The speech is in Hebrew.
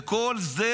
וכל זה,